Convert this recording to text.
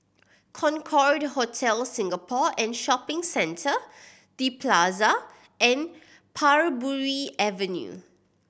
Concorde Hotel Singapore and Shopping Centre The Plaza and Parbury Avenue